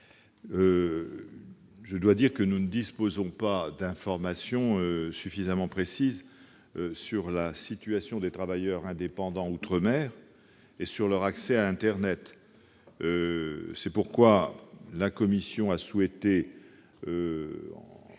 La commission ne dispose pas d'informations suffisamment précises sur la situation des travailleurs indépendants outre-mer et sur leur accès à internet. C'est pourquoi elle a souhaité se